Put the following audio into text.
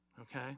okay